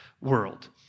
world